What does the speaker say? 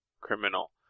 criminal